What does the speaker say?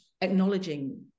acknowledging